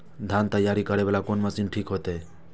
धान तैयारी करे वाला कोन मशीन ठीक होते?